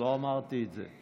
לא אמרתי את זה.